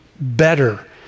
better